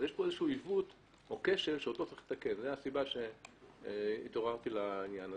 יש פה עיוות או כשל שאותו צריך לתקן וזו הסיבה שהתעוררתי לנושא.